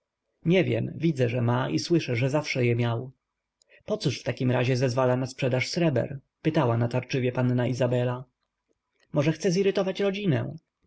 nie wiem widzę że ma i słyszę że zawsze je miał pocóż w takim razie zezwala na sprzedaż sreber pytała natarczywie panna izabela może chce zirytować rodzinę